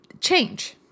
Change